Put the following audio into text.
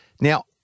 Now